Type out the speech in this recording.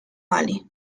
malí